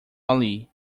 ali